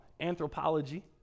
anthropology